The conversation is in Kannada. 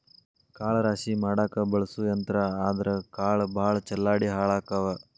ಕಾಳ ರಾಶಿ ಮಾಡಾಕ ಬಳಸು ಯಂತ್ರಾ ಆದರಾ ಕಾಳ ಭಾಳ ಚಲ್ಲಾಡಿ ಹಾಳಕ್ಕಾವ